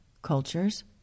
Cultures